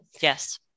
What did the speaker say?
Yes